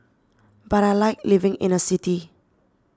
but I like living in a city